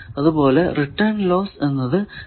അതുപോലെ return loss എന്നത് scalar ആണ്